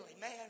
man